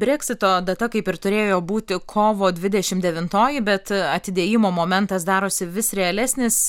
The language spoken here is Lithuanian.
breksito data kaip ir turėjo būti kovo dvidešim devintoji bet atidėjimo momentas darosi vis realesnis